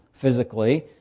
Physically